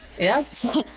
Yes